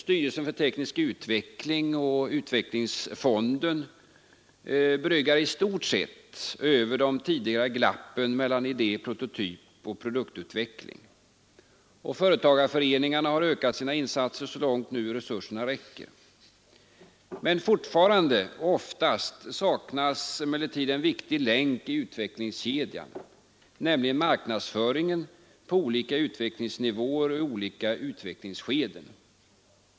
Styrelsen för teknisk utveckling och utvecklingsfonden bryggar i stort över de tidigare glappen mellan idé, prototyp och produktutveckling. Företagarföreningarna har främja industriellt utvecklingsarbete ökat sina insatser så långt nu resurserna räcker. Men fortfarande saknas ofta en viktig länk i utvecklingskedjan, nämligen marknadsföringen på olika utvecklingsnivåer och i olika utvecklingsskeden.